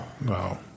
No